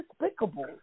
despicable